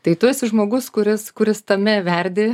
tai tu esi žmogus kuris kuris tame verdi